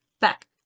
Back